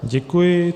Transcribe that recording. Děkuji.